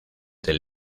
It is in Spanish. del